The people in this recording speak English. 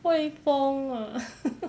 会疯 ah